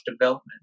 development